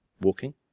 walking